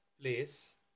place